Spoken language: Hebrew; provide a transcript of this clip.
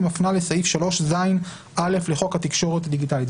היא מפנה לסעיף 3ז(א) לחוק תקשורת דיגיטלית.